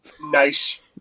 Nice